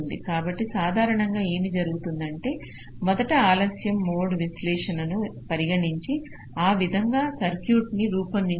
కాబట్టి సాధారణంగా ఏమి జరుగుతుందంటే మొదట ఆలస్య మోడ్ విశ్లేషణను పరిగణించి ఆ విధంగా సర్క్యూట్ను రూపొందించండి